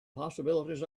possibilities